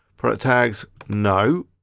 product tags, no.